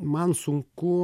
man sunku